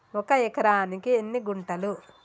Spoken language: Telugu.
ఒక ఎకరానికి ఎన్ని గుంటలు?